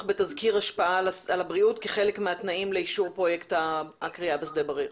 בתסקיר השפעה על הבריאות כחלק מהתנאים לאישור פרוייקט הכרייה בשדה בריר.